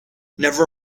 never